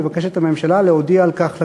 מבקשת הממשלה להודיע על כך לכנסת.